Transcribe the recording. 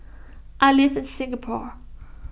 I live in Singapore